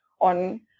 on